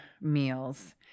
meals